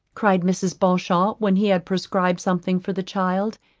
cried mrs. beauchamp when he had prescribed something for the child,